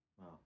Wow